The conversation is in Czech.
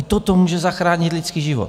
I toto může zachránit lidský život.